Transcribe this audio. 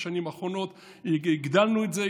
בשנים האחרונות הגדלנו את זה,